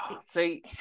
See